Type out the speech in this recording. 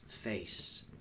face